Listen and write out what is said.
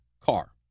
car